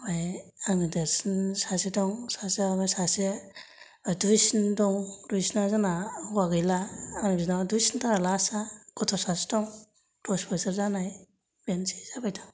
ओमफ्राय आंनि देरसिन सासे दं सासेआबो सासे दुइसिन दं दुइसिना जोंना हौवा गैला आरो बिनानाव दुइसिनथारा लास्टा गथ' सासे दं दस बोसोर जानाय बेनोसै जाबायदां